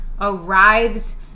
arrives